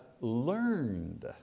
learned